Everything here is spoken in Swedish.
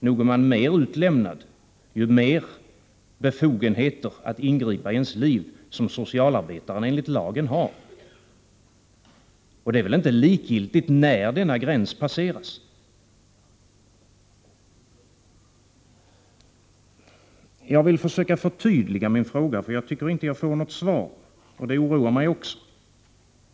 Nog är man mer utlämnad, ju större befogenhet att ingripa i ens liv socialarbetaren enligt lagen har, och det är väl inte likgiltigt när denna gräns passeras. Jag vill försöka förtydliga min fråga, för jag tycker inte att jag får något svar, och det oroar mig också.